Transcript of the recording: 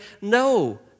No